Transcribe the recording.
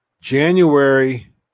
January